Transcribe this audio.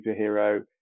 superhero